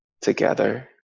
together